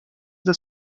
the